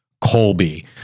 Colby